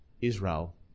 Israel